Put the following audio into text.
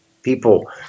People